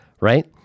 right